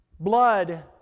Blood